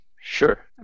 Sure